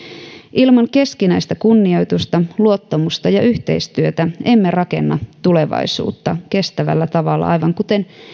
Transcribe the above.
ilman keskinäistä kunnioitusta luottamusta ja yhteistyötä emme rakenna tulevaisuutta kestävällä tavalla aivan kuten